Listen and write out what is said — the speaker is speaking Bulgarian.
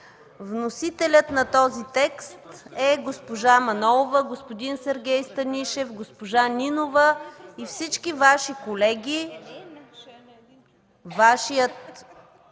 Вносителят на този текст е госпожа Манолова, господин Сергей Станишев, госпожа Нинова и всички Ваши колеги